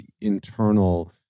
internal